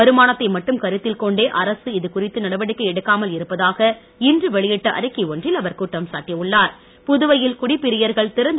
வருமானத்தை மட்டும் கருத்தில் கொண்டே அரசு இதுகுறித்து நடவடிக்கை எடுக்காமல் இருப்பதாக இன்று வெளியிட்ட அறிக்கை ஒன்றில் அவர் குற்றம் புதுவையில் சாட்டினார்